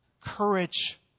Courage